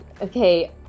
okay